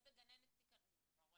איזה גננת תיכנס -- ממש לא.